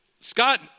Scott